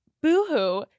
Boohoo